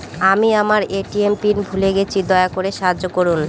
আমি আমার ATM PIN ভুলে গেছি, দয়া করে সাহায্য করুন